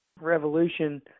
revolution